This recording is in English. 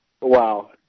wow